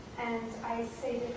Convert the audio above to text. and i say